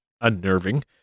unnerving